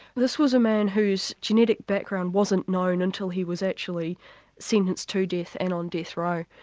this was a man whose genetic background wasn't known until he was actually sentenced to death and on death row.